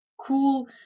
cool